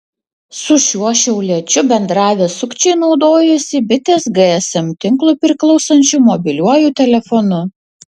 su šiuo šiauliečiu bendravę sukčiai naudojosi bitės gsm tinklui priklausančiu mobiliuoju telefonu